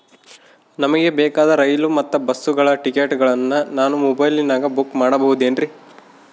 ನಮಗೆ ಬೇಕಾದ ರೈಲು ಮತ್ತ ಬಸ್ಸುಗಳ ಟಿಕೆಟುಗಳನ್ನ ನಾನು ಮೊಬೈಲಿನಾಗ ಬುಕ್ ಮಾಡಬಹುದೇನ್ರಿ?